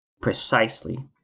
Precisely